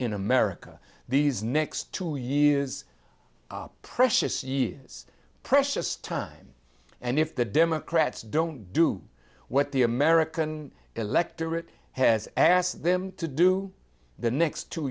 in america these next two years precious years precious time and if the democrats don't do what the american electorate has asked them to do the next two